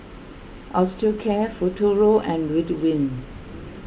Osteocare Futuro and Ridwind